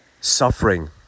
Suffering